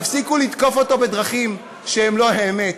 תפסיקו לתקוף אותו בדרכים שהן לא האמת.